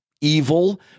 evil